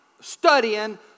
studying